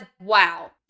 wow